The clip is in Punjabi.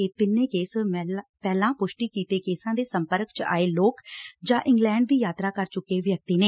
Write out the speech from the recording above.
ਇਹ ਤਿੰਨੇ ਕੇਸ ਪਹਿਲਾਂ ਪੁਸ਼ਟੀ ਕੀਤੇ ਕੇਸਾਂ ਦੇ ਸੰਪਰਕ ਚ ਆਏ ਲੋਕ ਜਾਂ ਇੰਗਲੈਂਡ ਦੀ ਯਾਤਰਾ ਕਰ ਚੁੱਕੇ ਵਿਅਕਤੀ ਨੇ